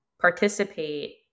participate